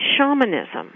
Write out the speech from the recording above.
shamanism